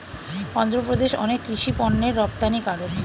অন্ধ্রপ্রদেশ অনেক কৃষি পণ্যের রপ্তানিকারক